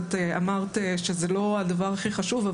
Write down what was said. את אמרת שזה לא הדבר הכי חשוב,